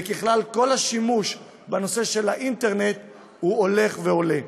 ובכלל, כל השימוש בנושא של האינטרנט הולך ועולה.